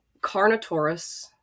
Carnotaurus